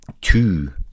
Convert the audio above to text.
two